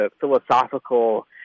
philosophical